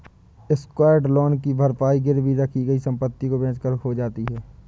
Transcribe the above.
secured loan की भरपाई गिरवी रखी गई संपत्ति को बेचकर हो जाती है